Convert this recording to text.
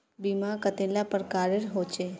बीमा कतेला प्रकारेर होचे?